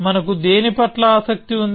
మనకు దేనిపట్ల ఆసక్తి ఉంది